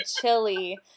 chili